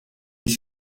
this